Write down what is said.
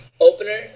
opener